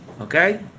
Okay